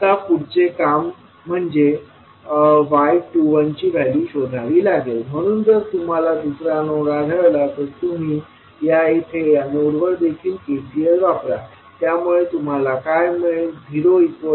आता पुढचे काम म्हणजे y21ची व्हॅल्यू शोधावी लागेल म्हणून जर तुम्हाला दुसरा नोड आढळला तर तुम्ही या येथे या नोडवर देखील KCL वापरा त्यामुळे तुम्हाला काय मिळेल